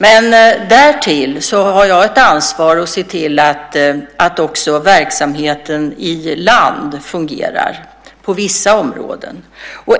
Men därtill har jag ett ansvar att se till att också verksamheten i land fungerar på vissa områden.